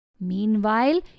Meanwhile